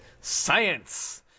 Science